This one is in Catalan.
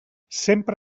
sempre